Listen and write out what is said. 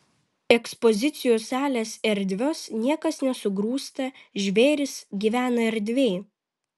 ekspozicijų salės erdvios niekas nesugrūsta žvėrys gyvena erdviai